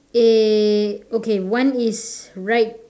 eh okay one is right